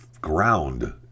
ground